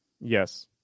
Yes